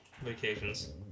vacations